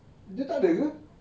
dia tak ada ke